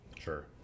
sure